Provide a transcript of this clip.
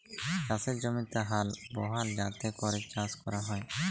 চাষের জমিতে হাল বহাল যাতে ক্যরে চাষ ক্যরা হ্যয়